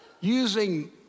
using